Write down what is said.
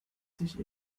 sich